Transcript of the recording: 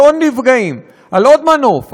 על עוד נפגעים,